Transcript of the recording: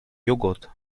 jogurt